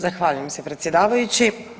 Zahvaljujem se predsjedavajući.